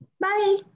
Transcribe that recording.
Bye